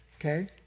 Okay